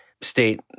state